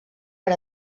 per